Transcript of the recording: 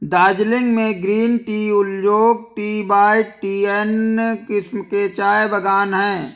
दार्जिलिंग में green tea, oolong tea, white tea एवं अन्य किस्म के चाय के बागान हैं